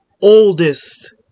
oldest